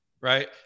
right